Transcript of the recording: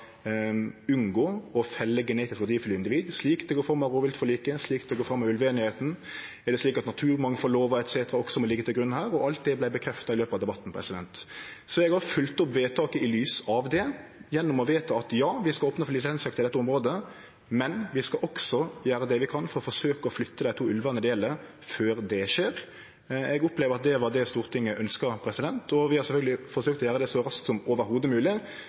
unngå å felle genetisk verdifulle individ, slik det går fram av rovviltforliket, og slik det går fram av ulveeinigheita? Var det slik at naturmangfaldlova etc. også må liggje til grunn her? Alt det vart bekrefta i løpet av debatten. Så har eg følgt opp vedtaket i lys av det, gjennom at ja, vi skal opne for lisensjakt i dette området, men vi skal også gjere det vi kan for å forsøkje å flytte dei to ulvane det gjeld, før det skjer. Eg opplevde at det var det Stortinget ønskte, og vi har sjølvsagt forsøkt å gjere det så raskt som